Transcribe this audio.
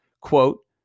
Quote